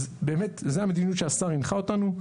זה המדיניות שהשר הנחה אותנו,